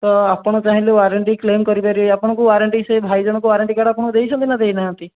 ତ ଆପଣ ଚାହିଁଲେ ୱାରେଣ୍ଟି କ୍ଲେମ୍ କରି ପାରିବେ ଆପଣଙ୍କୁ ୱାରେଣ୍ଟି ସେ ଭାଇ ଜଣଙ୍କ ୱାରେଣ୍ଟି କାର୍ଡ଼ ଆପଣଙ୍କୁ ଦେଇଛନ୍ତି ନା ଦେଇ ନାହାନ୍ତି